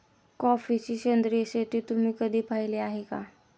कॉफीची सेंद्रिय शेती तुम्ही कधी पाहिली आहे का?